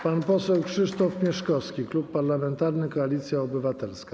Pan poseł Krzysztof Mieszkowski, Klub Parlamentarny Koalicja Obywatelska.